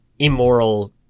immoral